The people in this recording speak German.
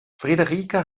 friederike